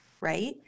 right